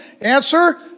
Answer